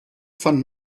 fand